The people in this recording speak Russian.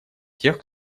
тех